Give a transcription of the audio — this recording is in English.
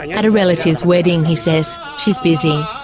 at a relative's wedding, he says. she is busy.